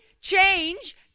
change